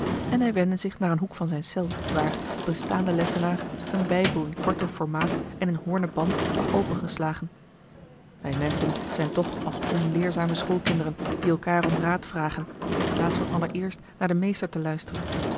en hij wendde zich naar een hoek van zijne cel waar op een staanden lessenaar een bijbel in kwarto formaat en in hoornen band lag opengeslagen wij menschen zijn toch als onleerzame schoolkinderen die elkaâr om raad vragen in plaats van allereerst naar den meester te luisteren